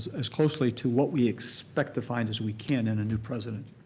as closely to what we expect to find as we can in a new president.